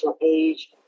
age